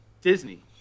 Disney